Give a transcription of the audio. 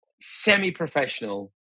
semi-professional